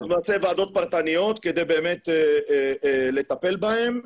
אנחנו נעשה ועדות פרטניות כדי לטפל בהם.